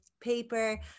paper